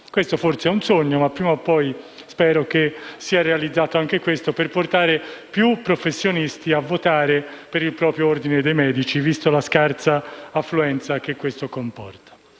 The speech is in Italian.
Questo forse è un sogno, ma prima o poi spero si realizzi, per portare più professionisti a votare per il proprio ordine dei medici, vista la scarsa affluenza. Devo spezzare